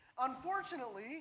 Unfortunately